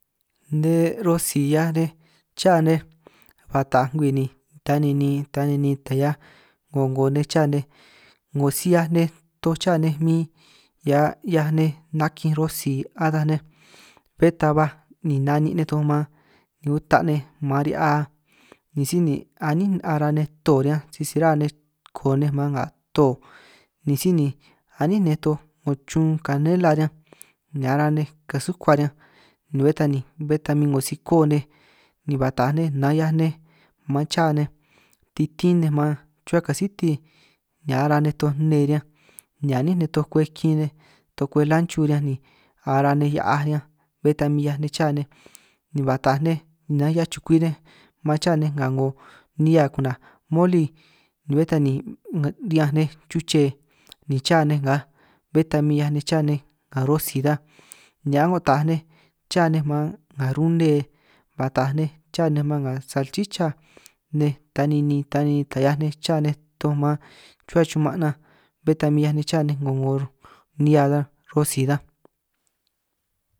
Nej rosi 'hiaj nej chaj nej ba taaj ngwii ni ta ninin ta ninin ta 'hiaj 'ngo 'ngo nej cha nej, 'ngo si 'hiaj nej toj cha nej min hia 'hiaj nej nakinj rosi ataj nej, bé ta ba ni na'nin' nej toj man ni uta' nej man ri'hia ni síj ni a'nín ara nej to riñanj, sisi ra nej koo nej man nga to ni síj ni a'nín nej toj 'ngo chunj kanela riñanj ni ara nej kasuka riñanj, ni bé ta ni bé ta min 'ngo si koo nej ni ba taaj nej nanj 'hiaj nej man cha nej titín nej man, chuhua kasiti ni ara nej to nne riñanj ni a'nin nej toj kwej kin nej toj kwej lanchu riñanj ni, ara nej hia'aj riñanj bé ta min 'hiaj nej cha nej ba taaj nej nanj 'hiaj chukwi nej man cha nej nga 'ngo nihia ku'naj moli, ni bé ta ni nga ri'ñanj nej chuche ni cha nej ngaaj bé ta min 'hiaj nej cha nej nga rosi ta, ni a'ngo taaj nej cha nej man nga rune ba taaj nej cha nej man nga salchicha nej, ta ninin ta ninin ta 'hiaj nej cha nej to man chuhua chuman' nan, bé ta min 'hiaj nej et cha nej et 'ngo 'ngo nihia tan rosi tan.